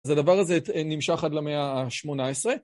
אז הדבר הזה נמשך עד למאה ה-18...